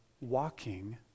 walking